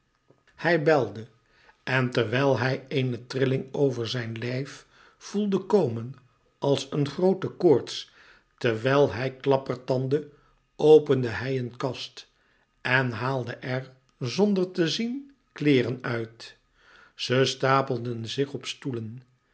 hij belde en terwijl hij eene trilling over zijn lijf voelde komen als een groote koorts terwijl hij klappertandde opende hij een kast en haalde er zonder te zien kleêren uit ze stapelden zich op stoelen